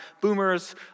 boomers